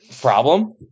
problem